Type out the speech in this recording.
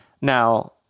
Now